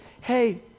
hey